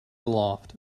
aloft